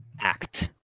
act